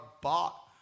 bought